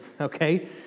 Okay